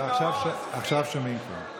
לא שומעים, באמת?